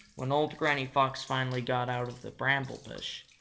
when old granny fox finally got out of the bramble bush,